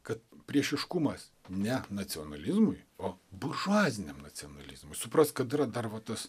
kad priešiškumas ne nacionalizmui o buržuaziniam nacionalizmui suprask kad yra dar vat tas